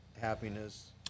happiness